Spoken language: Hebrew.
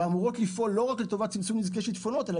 ואמורות לפעול לא רק לטובת צמצום נזקי שיטפונות אלא